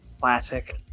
Classic